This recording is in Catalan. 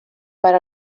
per